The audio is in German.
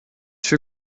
für